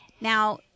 Now